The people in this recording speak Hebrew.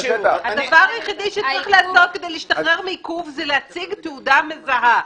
הדבר היחיד שצריך לעשות כדי להשתחרר מעיכוב זה להציג תעודה מזהה.